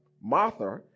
Martha